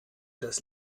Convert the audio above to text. das